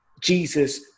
Jesus